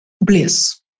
bliss